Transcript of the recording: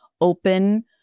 open